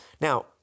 Now